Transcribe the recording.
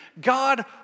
God